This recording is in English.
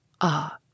Ah